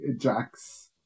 Jack's